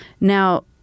Now